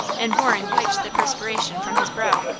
and waring wiped the perspiration from his brow.